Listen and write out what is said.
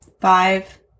Five